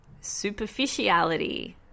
superficiality